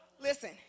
Listen